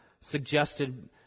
suggested